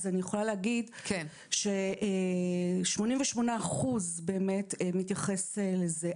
אז אני יכולה להגיד ש-88 אחוז באמת מתייחס לזה,